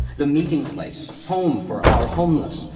the meeting place. home for our homeless.